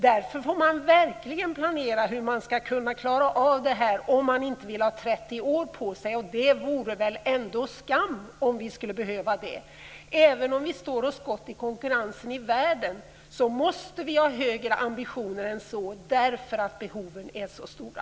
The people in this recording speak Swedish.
Därför får man verkligen planera för hur man ska klara av detta, om man inte tänker ta 30 år på sig, och det vore väl ändå skam om man skulle behöva det. Även om vi står oss gott i konkurrensen i världen måste vi ha högre ambitioner än så, därför att behoven är så stora.